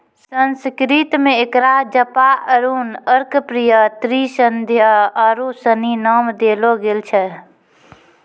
संस्कृत मे एकरा जपा अरुण अर्कप्रिया त्रिसंध्या आरु सनी नाम देलो गेल छै